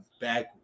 back